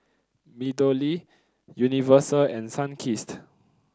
MeadowLea Universal and Sunkist